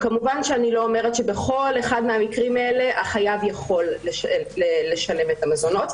כמובן שאני לא אומרת שבכל אחד מהמקרים האלה החייב יכול לשלם את המזונות,